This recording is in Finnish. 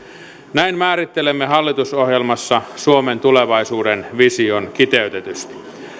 näin määrittelemme hallitusohjelmassa suomen tulevaisuuden vision kiteytetysti